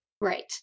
right